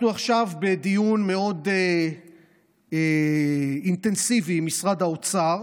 עכשיו בדיון מאוד אינטנסיבי עם משרד האוצר